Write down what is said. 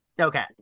Okay